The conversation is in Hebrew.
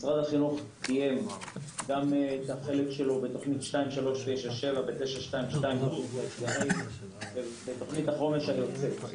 משרד החינוך קיים את החלק שלו בתוכנית 2397 ואת תכנית החומש היוצאת.